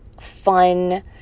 fun